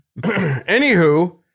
Anywho